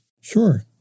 Sure